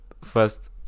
first